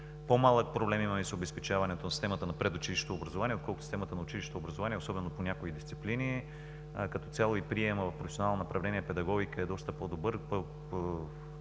По-малък проблем имаме с обезпечаването на системата на предучилищното образование, отколкото системата на училищното образование, особено по някои дисциплини. Като цяло и приемът в професионално направление „Педагогика“ е доста по-добър,